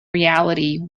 reality